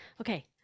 Okay